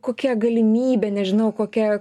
kokia galimybė nežinau kokia